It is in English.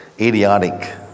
idiotic